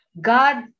God